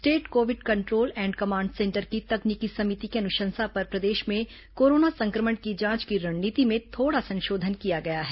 state covid control and command centre की तकनीकी समिति की अनुशंसा पर प्रदेश में कोरोना संक्रमण की जांच की रणनीति में थोड़ा संशोधन किया गया है